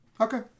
Okay